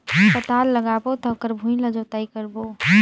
पातल लगाबो त ओकर भुईं ला जोतई करबो?